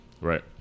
right